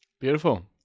beautiful